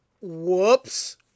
Whoops